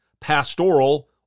pastoral